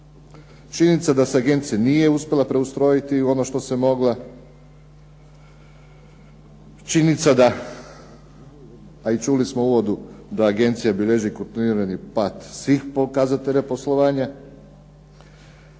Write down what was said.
Činjenica je da se agencija nije moga preustrojiti u ono što se mogla, činjenica da a i čuli smo u uvodu, da agencija bilježi kontinuirani pad svih pokazatelja poslovanja.